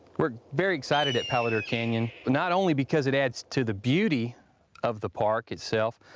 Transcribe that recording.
were very excited at palo duro canyon not only because it adds to the beauty of the park itself,